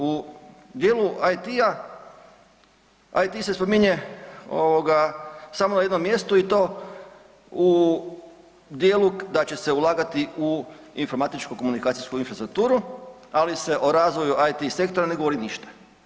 U dijelu IT-a, IT se spominje samo na jednom mjestu i to u dijelu da će se ulagati u informatičko-komunikacijsku infrastrukturu, ali se o razvoju IT sektora ne govori ništa.